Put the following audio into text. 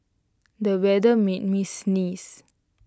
the weather made me sneeze